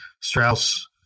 Strauss